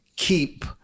keep